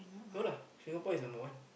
no lah Singapore is number one